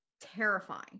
terrifying